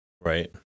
Right